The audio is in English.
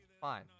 Fine